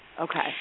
Okay